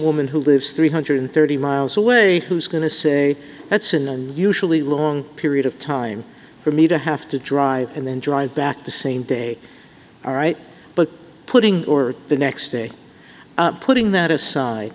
woman who lives three hundred and thirty miles away who's going to say that's in and usually a long period of time for me to have to drive and then drive back the same day all right but putting or the next day putting that aside